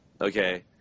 Okay